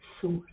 source